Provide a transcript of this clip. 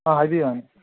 ꯑꯥ ꯍꯥꯏꯕꯤꯌꯨ ꯌꯥꯅꯤ